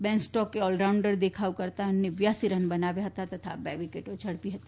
બેન સ્ટોકે ઓલરાઉન્ડર દેખાવ કરતા નેવ્યાસી રન બનાવ્યા ફતા તથા બે વિકેટો ઝડપી ફતી